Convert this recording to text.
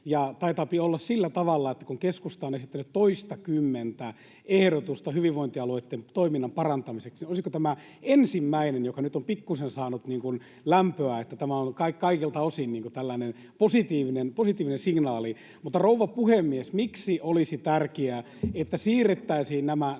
taitaapi olla sillä tavalla, että kun keskusta on esittänyt toistakymmentä ehdotusta hyvinvointialueitten toiminnan parantamiseksi, niin olisiko tämä ensimmäinen, joka nyt on pikkusen saanut niin kuin lämpöä, että tämä on kaikilta osin tällainen positiivinen signaali. Rouva puhemies! Mutta miksi olisi tärkeää, että siirrettäisiin nämä